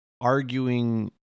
arguing